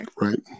right